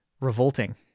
revolting